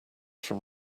from